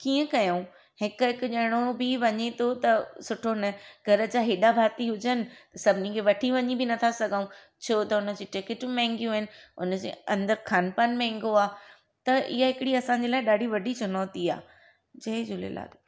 कीअं कयूं हिकु हिकु ॼणो बि वञे थो त सुठो न घर जा एॾा भाती हुजनि सभिनी खे वठी वञी बि नथा सघूं छो त हुनजी टिकिटूं महांगियूं आहिनि उनजे अंदर खानपान महांगो आहे त इहा हिकिड़ी असांजे लाइ ॾाढी वॾी चुनौती आहे जय झूलेलाल